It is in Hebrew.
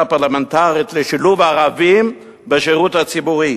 פרלמנטרית לשילוב ערבים בשרות הציבורי.